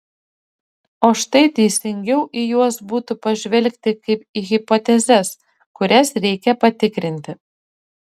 o štai teisingiau į juos būtų pažvelgti kaip į hipotezes kurias reikia patikrinti